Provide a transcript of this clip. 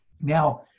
now